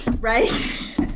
Right